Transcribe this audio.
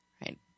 Right